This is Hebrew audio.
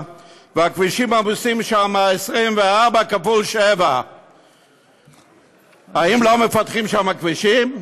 והכבישים עמוסים שם 24x7. האם לא מפתחים שם כבישים?